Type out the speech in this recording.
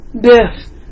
death